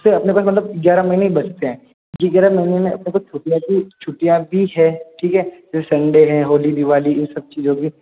उसे अपने को मतलब ग्यारह महीने ही बचते हैं जो ग्यारह महीने में अपने को छुट्टियां छुट्टियां भी है ठीक है जैसे संडे है होली दिवाली ये चीज़ों की